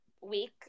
week